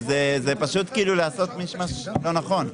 זה פשוט כאילו לעשות משמש לא נכון.